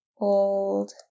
old